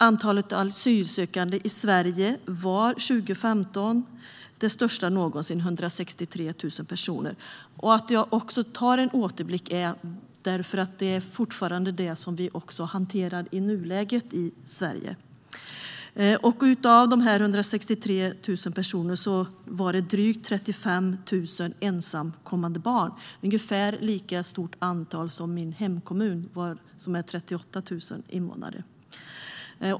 Antalet asylsökande i Sverige var 2015 det största någonsin - 163 000 personer. Jag gör en återblick eftersom det fortfarande är detta som vi också hanterar i nuläget i Sverige. Av dessa 163 000 personer var det drygt 35 000 ensamkommande barn. Det är ungefär lika många människor som finns i min hemkommun - 38 000 invånare.